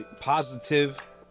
Positive